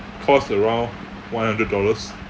cost around one hundred dollars